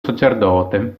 sacerdote